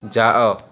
ଯାଅ